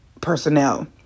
personnel